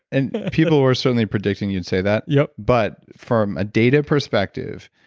and people were certainly predicting you'd say that, yeah but from a data perspective,